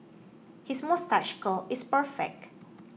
his moustache curl is perfect